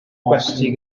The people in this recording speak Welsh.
gwesty